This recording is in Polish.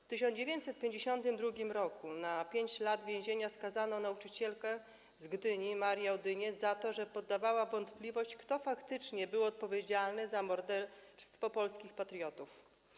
W 1952 r. na 5 lat więzienia skazano nauczycielkę z Gdyni Marię Odyniec za to, że podawała w wątpliwość to, kto faktycznie był odpowiedzialny za morderstwo polskich patriotów.